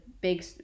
big